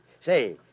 Say